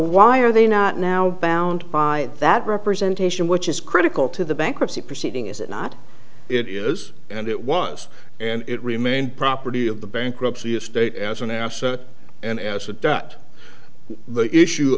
why are they not now bound by that representation which is critical to the bankruptcy proceeding is it not it is and it was and it remained property of the bankruptcy estate as an asset and as a de